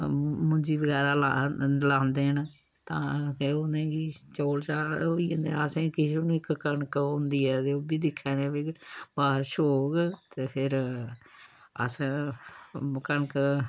मुंजी बगैरा लांदे न तां ते उ'नें गी चौल चाल होई जंदे असें ई किश बी निं कनक होंदी ऐ ते ओह्बी दिक्खा ने आं भाई बारश होग ते फिर अस कनक